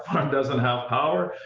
um doesn't have power,